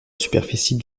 superficie